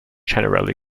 generally